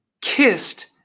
kissed